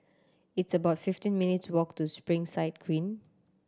it's about fifteen minutes' walk to Springside Green